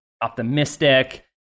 optimistic